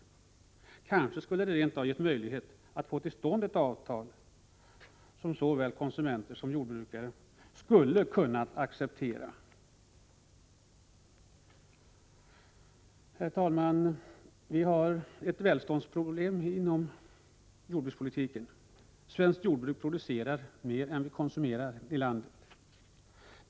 Kanske det därmed rent av hade varit möjligt att få till stånd ett avtal som såväl konsumenter som jordbrukare hade kunnat acceptera. Herr talman! Vi har ett välståndsproblem inom jordbrukspolitiken. Svenskt jordbruk producerar mer än vi konsumerar i landet.